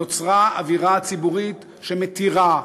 נוצרה אווירה ציבורית שמתירה,